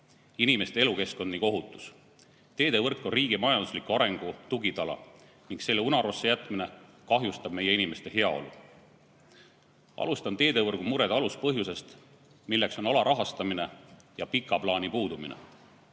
inimeste elukeskkond ning ohutus. Teevõrk on riigi majandusliku arengu tugitala ning selle unarusse jätmine kahjustab meie inimeste heaolu. Alustan teevõrgu murede aluspõhjusest, see on alarahastamine ja pika plaani puudumine.